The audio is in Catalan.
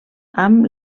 amb